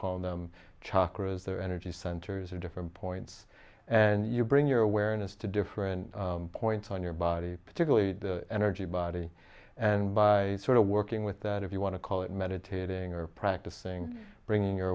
call them chalker is their energy centers are different points and you bring your awareness to different points on your body particularly energy body and by sort of working with that if you want to call it meditating or practicing bringing your